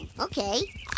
Okay